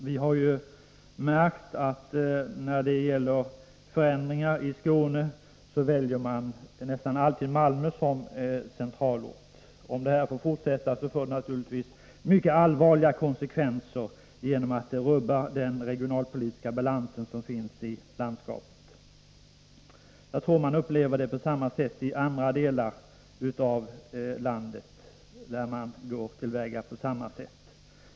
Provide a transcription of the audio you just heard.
Vi har märkt att när det gäller regionala förändringar i Skåne väljer man nästan alltid Malmö som centralort. Om detta fortsätter får det naturligtvis mycket allvarliga konsekvenser, genom att det rubbar den regionalpolitiska balansen i landskapet. Jag tror att det upplevs på samma sätt i andra delar av landet, där man går till väga på samma sätt.